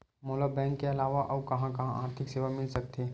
मोला बैंक के अलावा आऊ कहां कहा आर्थिक सेवा मिल सकथे?